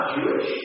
Jewish